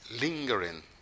lingering